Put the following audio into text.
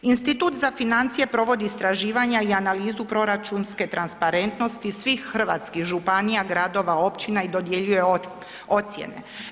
Institut za financije provodi istraživanja i analizu proračunske transparentnosti svih hrvatskih županija, gradova i općina i dodjeljuje ocjene.